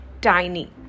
tiny